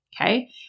Okay